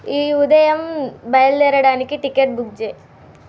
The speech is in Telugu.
ఈ ఉదయం బయల్దేరడానికి టికెట్ బుక్ చేయి